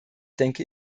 denke